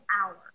hour